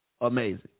amazing